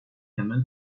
hemen